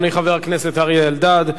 חבר הכנסת אריה אלדד.